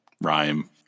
rhyme